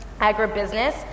agribusiness